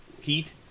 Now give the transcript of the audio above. heat